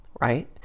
right